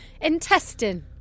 intestine